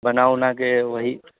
بنا اونا کہ وہی